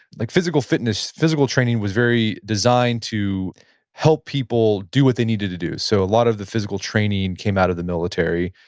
like physical fitness, physical training was very designed to help people do what they needed to do so a lot of the physical training came out of the military,